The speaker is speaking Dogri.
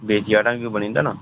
बेस्ती दा ढंग बनी जंदा ना